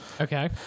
okay